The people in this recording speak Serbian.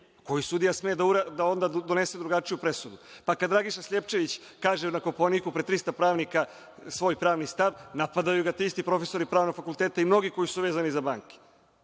koji sudija onda sme da donese drugačiju presudu? Kada Dragiša Slijepčević kaže na Kopaoniku pred 300 pravnika svoj pravni stav, napadaju ga ti isti profesori pravnog fakulteta i mnogi koji su vezani za banke.